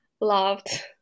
loved